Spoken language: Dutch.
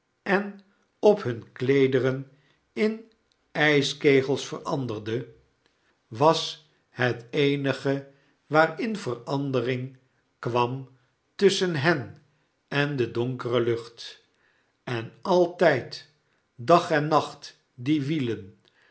en op hunne kleederen in ijskegels veranderde was het eenige waarin verandering kwam tusschen hen en de donkere lucht en altijd dag en nacht die wielen